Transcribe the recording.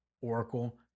Oracle